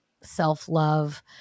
self-love